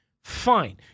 Fine